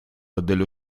dello